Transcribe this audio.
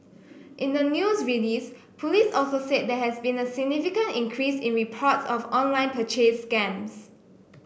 in the news release police also said there has been a significant increase in reports of online purchase scams